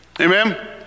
Amen